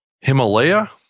Himalaya